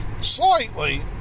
slightly